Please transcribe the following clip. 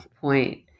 point